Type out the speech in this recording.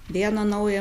vieną naują